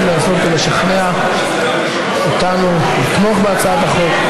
לנסות ולשכנע אותנו לתמוך בהצעת החוק,